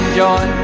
joy